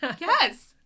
Yes